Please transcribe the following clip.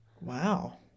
Wow